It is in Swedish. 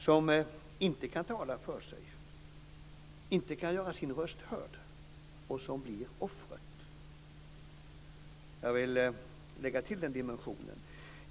Det kan inte tala för sig, kan inte göra sin röst hörd och blir offret. Jag vill lägga till den dimensionen.